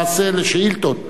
למעשה שאילתות,